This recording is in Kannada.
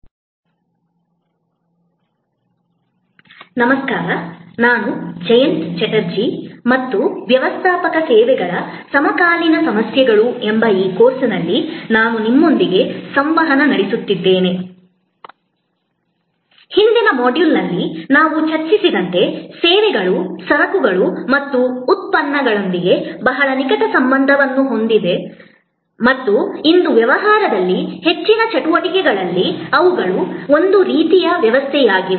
ಹಿಂದಿನ ಮಾಡ್ಯೂಲ್ನಲ್ಲಿ ನಾವು ಚರ್ಚಿಸಿದಂತೆ ಸೇವೆಗಳು ಸರಕುಗಳು ಮತ್ತು ಉತ್ಪನ್ನಗಳೊಂದಿಗೆ ಬಹಳ ನಿಕಟ ಸಂಬಂಧವನ್ನು ಹೊಂದಿವೆ ಮತ್ತು ಇಂದು ವ್ಯವಹಾರದಲ್ಲಿ ಹೆಚ್ಚಿನ ಚಟುವಟಿಕೆಗಳಲ್ಲಿ ಅವುಗಳು ಒಂದು ರೀತಿಯ ವ್ಯವಸ್ಥೆಯಾಗಿವೆ